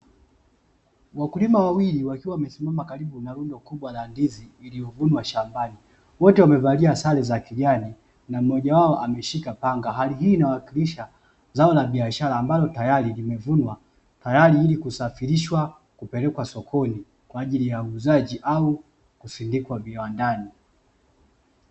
Wakulima wawili wakiwa wamesimama karibu na lundo la ndizi, iliyovunwa shambani. Wote wamevalia sare za kijani na mmoja wao ameshika panga, hali hii inawakilisha zao la biashara ambalo tayari limevunwa, tayari ili kusafirishwa kupelekwa sokoni kwa ajili ya uuzaji au kusindikwa viwandani.